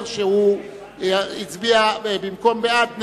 השר בגין אומר שהוא הצביע נגד במקום בעד,